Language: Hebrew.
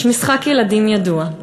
יש משחק ילדים ידוע,